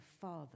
Father